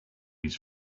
his